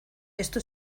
esto